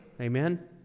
Amen